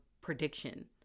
prediction